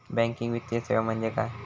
Banking वित्तीय सेवा म्हणजे काय?